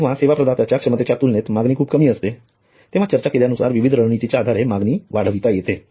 जेव्हा सेवा प्रदात्याच्या क्षमतेच्या तुलनेत मागणी खूप कमी असते तेव्हा चर्चा केल्यानुसार विविध रणनीतीच्या आधारे मागणी वाढविता येते